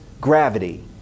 gravity